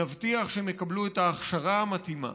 נבטיח שהם יקבלו את ההכשרה המתאימה,